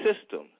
system